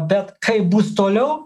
bet kaip bus toliau